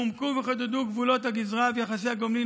הועמקו וחודדו גבולות הגזרה ויחסי הגומלין